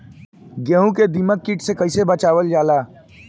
गेहूँ को दिमक किट से कइसे बचावल जाला?